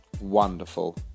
wonderful